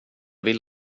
vill